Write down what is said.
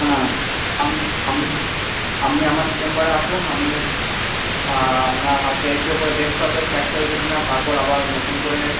না না আপনি আমার চেম্বারে আসুন আমি আপনার হাতটা এক্স রে করে দেখতে হবে ফ্র্যাকচার হয়েছে কিনা তারপর আবার নতুন করে